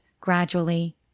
gradually